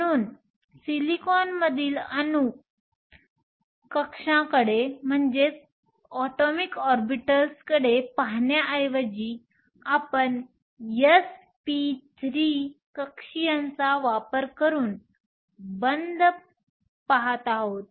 म्हणून सिलिकॉनमधील अणू कक्षांकडे पाहण्याऐवजी आपण या sp3 कक्षीयांचा वापर करून बंध पाहत आहोत